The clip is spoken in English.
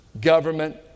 Government